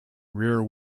rear